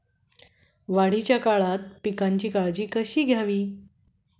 वाढीच्या काळात पिकांची काळजी कशी घ्यावी?